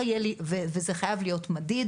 זה חייב להיות מדיד,